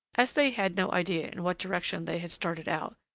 as they had no idea in what direction they had started out,